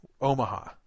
Omaha